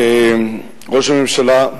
ראש הממשלה,